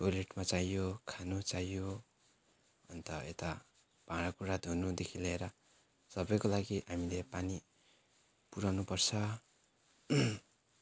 टोयलेटमा चाहियो खानु चाहियो अन्त यता भाँडा कुँडा धुनुदेखि लिएर सबैको लागि हामीले पानी पुर्याउनु पर्छ